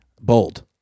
bold